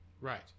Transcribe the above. Right